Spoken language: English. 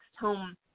home